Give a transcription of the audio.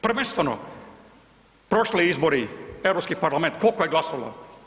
Prvenstveno prošli izbori, Europski parlament, koliko je glasovalo?